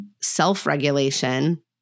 self-regulation